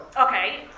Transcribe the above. Okay